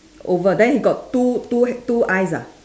over then he got two two two eyes ah